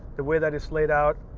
the way that it's laid out.